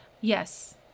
Yes